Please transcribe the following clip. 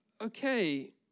okay